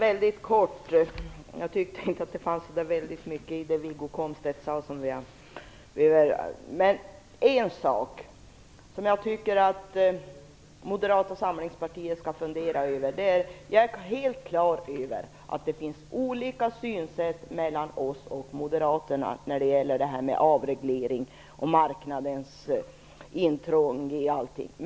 Fru talman! Det är inte så mycket att kommentera i det Wiggo Komstedt sade. Men det är en sak som jag tycker att Moderata samlingspartiet skall fundera över. Jag är helt på det klara med att det är olika synsätt mellan oss och moderaterna när det gäller avreglering och marknadsintrång.